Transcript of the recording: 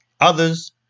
Others